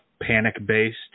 panic-based